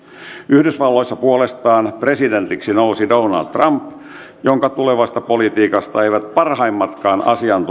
yhdysvalloissa puolestaan presidentiksi nousi donald trump jonka tulevasta politiikasta eivät parhaimmatkaan asiantuntijat